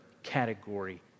category